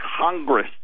Congress